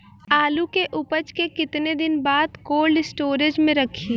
आलू के उपज के कितना दिन बाद कोल्ड स्टोरेज मे रखी?